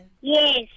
Yes